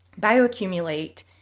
bioaccumulate